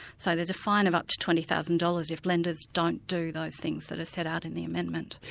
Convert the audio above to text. so there's a fine of up to twenty thousand dollars if lenders don't do those things that are set out in the amendment.